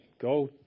Go